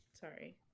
Sorry